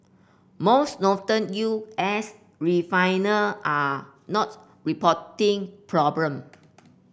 most northern U S refiner are not reporting problem